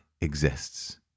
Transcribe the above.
exists